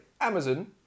Amazon